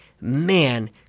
man